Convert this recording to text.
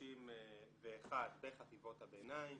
ל-31 בחטיבות הביניים,